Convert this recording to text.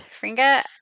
Fringa